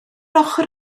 ochr